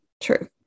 true